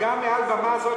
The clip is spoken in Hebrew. גם מעל במה זאת,